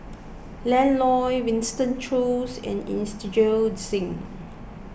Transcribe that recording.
Ian Loy Winston Choos and Inderjit Singh